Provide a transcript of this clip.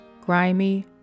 Grimy